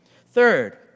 Third